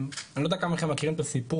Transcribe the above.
אני לא יודע כמה מכם מכירים את הסיפור,